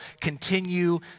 continue